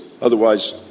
Otherwise